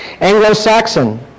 Anglo-Saxon